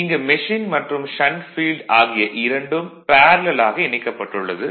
இங்கு மெஷின் மற்றும் shunt field ஆகிய இரண்டும் பேரலல் ஆக இணைக்கப்பட்டுள்ளது